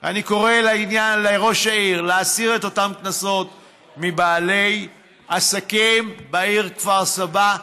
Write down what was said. אני קורא לראש העיר להסיר את אותם קנסות מבעלי עסקים בעיר כפר סבא.